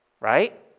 right